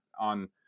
on